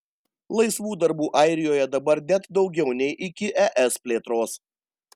laisvų darbų airijoje dabar net daugiau nei iki es plėtros